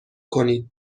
کنید